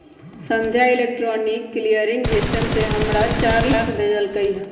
संध्या electronic clearing system से हमरा चार लाख भेज लकई ह